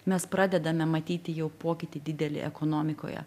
mes pradedame matyti jau pokytį didelį ekonomikoje